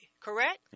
correct